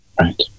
right